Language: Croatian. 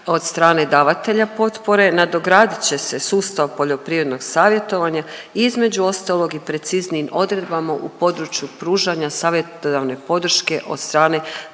od strane davatelja potpore, nadogradit će se sustav poljoprivrednog savjetovanja, između ostalog i preciznijim odredbama u području pružanja savjetodavne podrške od strane